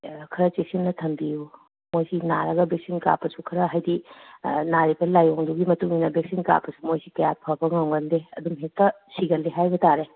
ꯈꯔ ꯆꯦꯛꯁꯤꯟꯅ ꯊꯝꯕꯤꯌꯨ ꯃꯣꯏꯁꯤ ꯅꯥꯔꯒ ꯕꯦꯛꯁꯤꯟ ꯀꯥꯞꯄꯁꯨ ꯈꯔ ꯍꯥꯏꯗꯤ ꯅꯥꯔꯤꯕ ꯂꯥꯏꯑꯣꯡ ꯑꯗꯨꯒꯤ ꯃꯇꯨꯡ ꯏꯟꯅ ꯕꯦꯛꯁꯤꯡ ꯀꯥꯞꯄꯁꯨ ꯃꯣꯏꯁꯤ ꯀꯌꯥ ꯐꯕ ꯉꯝꯒꯟꯗꯦ ꯑꯗꯨꯝ ꯍꯦꯛꯇ ꯁꯤꯒꯜꯂꯤ ꯍꯥꯏꯕ ꯇꯥꯔꯦ